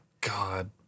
God